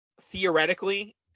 theoretically